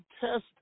test